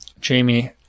Jamie